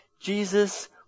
Jesus